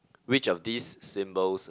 which of these symbols